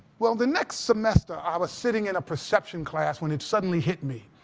well, the next semester i was sitting in a perception class when it suddenly hit me.